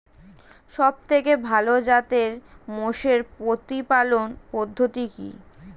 সবথেকে ভালো জাতের মোষের প্রতিপালন পদ্ধতি কি?